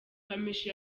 kamichi